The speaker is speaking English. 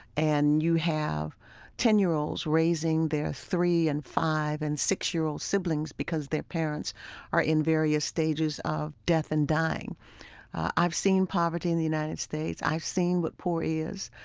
and you have ten year olds raising their three and five and six-year-old siblings, because their parents are in various stages of death and dying i've seen poverty in the united states. i've seen what poor is.